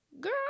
girl